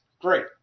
great